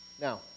Now